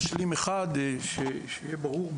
רק משפט משלים אחד, שיהיה ברור.